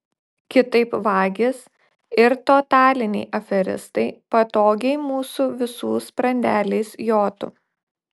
kitaip vagys ir totaliniai aferistai patogiai mūsų visų sprandeliais jotų